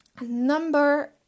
number